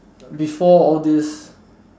before all this